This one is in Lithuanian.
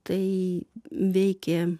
tai veikė